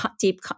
deep